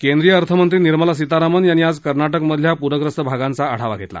केंद्रीय अर्थ मंत्री निर्मला सीतारामन यांनी आज कर्नाटक मधल्या पूरग्रस्त भागांचा आढावा घेतला